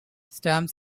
stamps